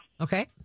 okay